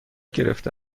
گرفته